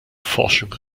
forschung